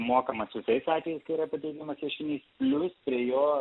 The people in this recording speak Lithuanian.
mokamas visais atvejais kai yra pateikiamas ieškinys plius prie jo